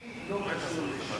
לא קשור לש"ס.